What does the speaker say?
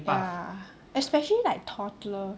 ya especially like toddler